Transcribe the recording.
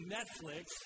Netflix